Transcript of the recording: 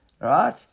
Right